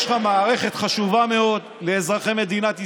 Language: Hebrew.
יש לך מערכת חשובה מאוד לאזרחי מדינת ישראל.